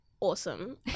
awesome